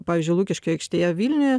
pavyzdžiui lukiškių aikštėje vilniuje